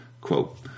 Quote